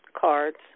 cards